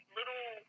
little